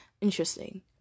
Interesting